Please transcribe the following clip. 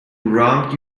wronged